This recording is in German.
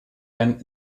herrn